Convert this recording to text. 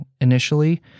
initially